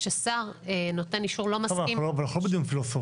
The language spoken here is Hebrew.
כששר נותן אישור לא מסכים --- אבל אנחנו לא בדיון פילוסופי.